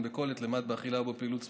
בכל עת למעט באכילה ובפעילות ספורטיבית,